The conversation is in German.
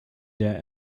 der